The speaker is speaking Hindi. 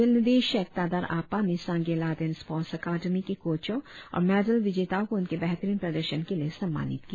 खेल निदेशक तादार अपपा ने सांगे लाहदेन स्पोर्ट्स अकादमी के कोचो और मैडल विजेताओं को उनके बेहतरीन प्रदर्शन के लिए सम्मानित किया